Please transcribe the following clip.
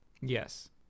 yes